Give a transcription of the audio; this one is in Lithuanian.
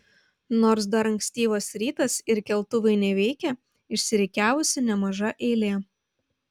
nors dar ankstyvas rytas ir keltuvai neveikia išsirikiavusi nemaža eilė